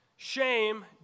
Shame